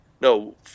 no